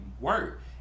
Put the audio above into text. work